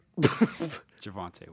Javante